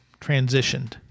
transitioned